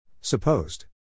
Supposed